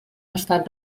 estat